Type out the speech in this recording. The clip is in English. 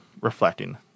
reflecting